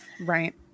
Right